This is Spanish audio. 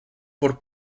por